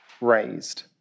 raised